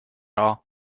all